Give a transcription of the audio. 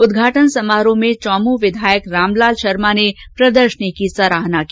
उद्घाटन समारोह में चौमू विधायक रामलाल शर्मा ने प्रदर्शनी की सराहना की